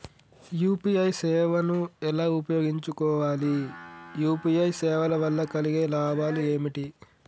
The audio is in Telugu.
యూ.పీ.ఐ సేవను ఎలా ఉపయోగించు కోవాలి? యూ.పీ.ఐ సేవల వల్ల కలిగే లాభాలు ఏమిటి?